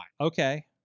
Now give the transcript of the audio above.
Okay